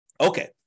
Okay